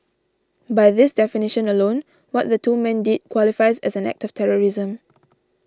by this definition alone what the two men did qualifies as an act of terrorism